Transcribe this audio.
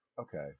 okay